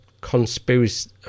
conspiracy